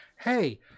Hey